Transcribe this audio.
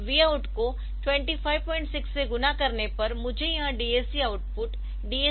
तो vout को 256 से गुणा करने पर मुझे यह DAC आउटपुट DAC काउंट मिलेगा